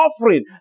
offering